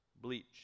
bleach